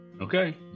Okay